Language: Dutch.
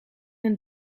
een